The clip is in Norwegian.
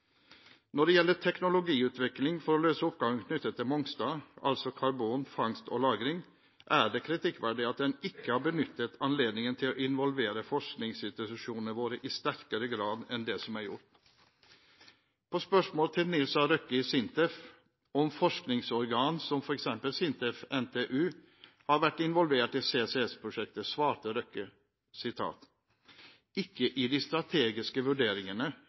Når det gjelder teknologiutvikling for å løse oppgaven knyttet til Mongstad, altså karbonfangst og -lagring, er det kritikkverdig at en ikke har benyttet anledningen til å involvere forskningsinstitusjonene våre i sterkere grad enn det som er gjort. På spørsmål til Nils A. Røkke i SINTEF, om forskningsorgan som f.eks. SINTEF/NTNU har vært involvert i CCS-prosjektet, svarte Røkke: «Ikke i de strategiske vurderingene,